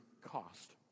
cost